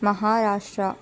Maharashtra